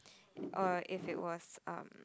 or if it was um